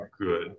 good